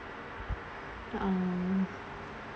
um